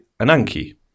Ananki